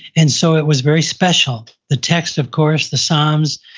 and so it was very special. the text of course, the psalms,